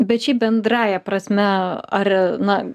bet šiaip bendrąja prasme ar na